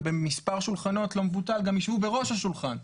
ובמספר שולחנות לא מבוטל גם יישבו בראש השולחן.